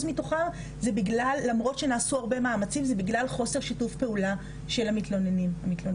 מתוכם זה בגלל חוסר שיתוף פעולה של המתלוננות,